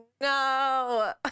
no